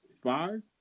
Five